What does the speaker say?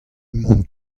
mont